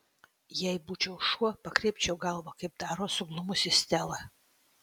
jei būčiau šuo pakreipčiau galvą kaip daro suglumusi stela